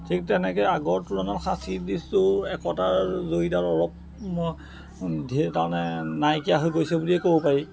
ঠিক তেনেকৈ আগৰ তুলনাত একতাৰ জৰীডাল অলপ তাৰমানে নাইকিয়া হৈ গৈছে বুলিয়েই ক'ব পাৰি